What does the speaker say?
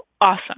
Awesome